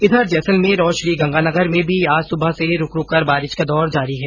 इधर जैसलमेर और श्रीगंगानगर में भी आज सुबह से रूकरूक कर बारिश का दौर जारी है